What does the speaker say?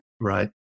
right